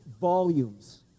volumes